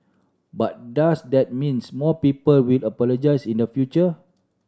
but does that means more people will apologise in the future